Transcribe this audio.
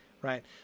right